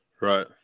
Right